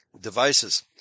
devices